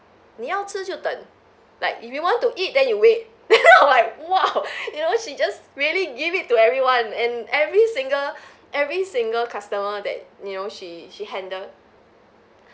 你要吃就等 like if you want to eat then you wait then I'm like !wow! you know she just really give it to everyone and every single every single customer that you know she she handle